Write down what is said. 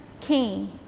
King